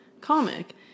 comic